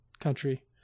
country